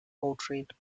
portrait